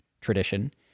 tradition